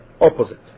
opposite